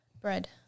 bread